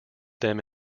them